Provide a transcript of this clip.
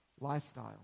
lifestyle